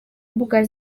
mbuga